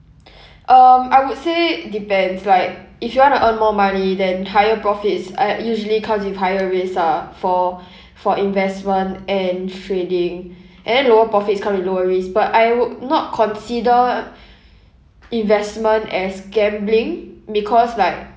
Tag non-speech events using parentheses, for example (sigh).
(breath) um I would say depends like if you want to earn more money then higher profits uh usually comes with higher risk ah for (breath) for investment and trading and then lower profits come with lower risk but I would not consider (breath) investment as gambling because like